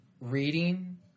reading